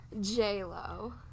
J-Lo